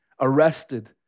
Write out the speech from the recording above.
arrested